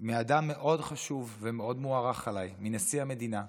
מאדם מאוד חשוב ומאוד מוערך עליי, מנשיא המדינה.